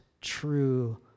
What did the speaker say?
true